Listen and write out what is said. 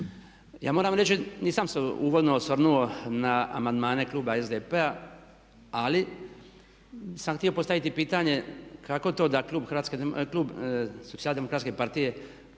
Ja moram reći, nisam se uvodno osvrnuo na amandmane Kluba SDP-a ali sam htio postaviti pitanje kako to da Klub Socijaldemokratske partije